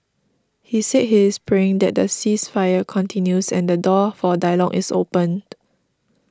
he said he is praying that the ceasefire continues and the door for dialogue is opened